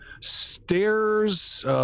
stairs